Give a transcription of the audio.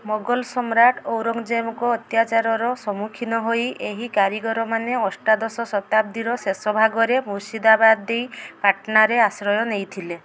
ମୋଗଲ୍ ସମ୍ରାଟ୍ ଔରଙ୍ଗଜେବଙ୍କ ଅତ୍ୟାଚାରର ସମ୍ମୁଖୀନ ହୋଇ ଏହି କାରିଗରମାନେ ଅଷ୍ଟାଦଶ ଶତାବ୍ଦୀର ଶେଷଭାଗରେ ମୁର୍ଶିଦାବାଦ ଦେଇ ପାଟନାରେ ଆଶ୍ରୟ ନେଇଥିଲେ